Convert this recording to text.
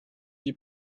die